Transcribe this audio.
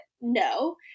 no